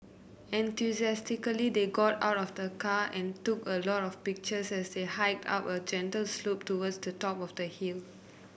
enthusiastically they got out of the car and took a lot of pictures as they hiked up a gentle slope towards the top of the hill